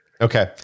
Okay